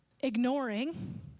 ignoring